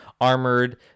armored